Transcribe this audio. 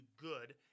good